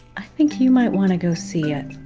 i think you might want to go see it.